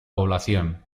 población